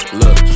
look